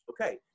Okay